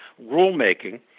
rulemaking